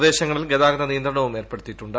പ്രദേശങ്ങളിൽ ഗതാഗത നിയന്ത്രണവും ഏർപ്പെടുത്തിയിട്ടുണ്ട്